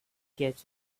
get